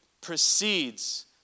precedes